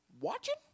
watching